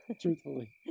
truthfully